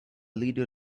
leader